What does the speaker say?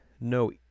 no